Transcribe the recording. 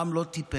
העם לא טיפש.